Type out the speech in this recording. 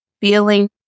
feeling